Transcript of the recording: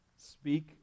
Speak